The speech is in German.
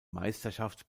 meisterschaft